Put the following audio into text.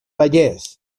vallès